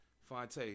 Fonte